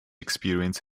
experience